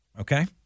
okay